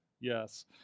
yes